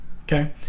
okay